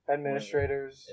Administrators